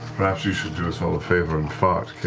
perhaps you should do us all a favor and fart,